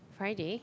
Friday